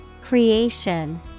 Creation